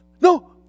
No